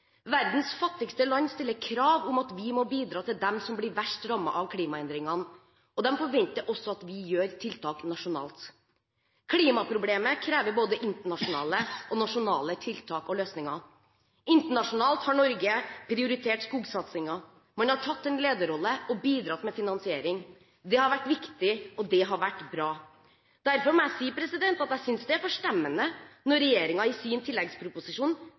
Verdens fattigste land stiller krav om at vi må bidra til dem som blir verst rammet av klimaendringene, og de forventer også at vi gjør tiltak nasjonalt. Klimaproblemet krever både internasjonale og nasjonale tiltak og løsninger. Internasjonalt har Norge prioritert skogsatsingen. Man har tatt en lederrolle og bidratt med finansiering. Det har vært viktig og bra. Derfor må jeg si at jeg synes det er forstemmende at regjeringen i sin tilleggsproposisjon